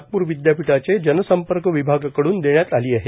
नागपूर विद्यापीठाचे जनसंपर्क विभागाकडून देण्यात आली आहे